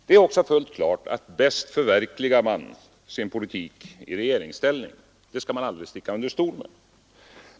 Det är också fullt klart att man bäst förverkligar sin politik i regeringsställning — det skall man aldrig sticka under stol med.